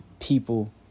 people